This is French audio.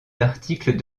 d’articles